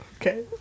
Okay